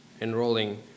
enrolling